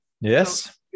Yes